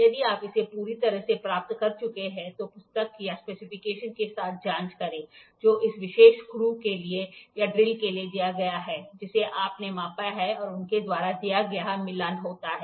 यदि आप इसे पूरी तरह से प्राप्त कर चुके हैं तो पुस्तक या स्पेसिफिकेशन के साथ जांच करें जो उस विशेष स्क्रू के लिए या ड्रिल के लिए दिया गया है जिसे आपने मापा है और उनके द्वारा दिया गया मिलान होता है